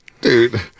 Dude